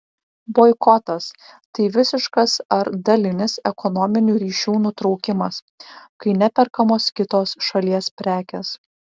boikotas tai visiškas ar dalinis ekonominių ryšių nutraukimas kai neperkamos kitos šalies prekės